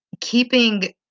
keeping